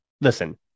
listen